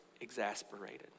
exasperated